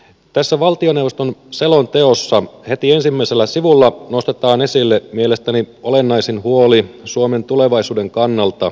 tässä valtioneuvoston selonteossa heti ensimmäisellä sivulla nostetaan esille mielestäni olennaisin huoli suomen tulevaisuuden kannalta